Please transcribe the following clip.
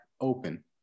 open